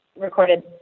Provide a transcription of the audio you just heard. recorded